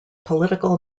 political